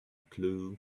clue